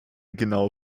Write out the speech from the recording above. genaue